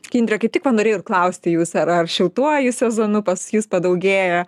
indre kaip tik va ir norėjau klausti jūsų ar ar šiltuoju sezonu pas jus padaugėja